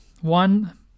One